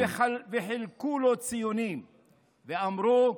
"מפקדיו התגאו בו וחילקו לו ציונים / ואמרו: